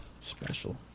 special